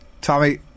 Tommy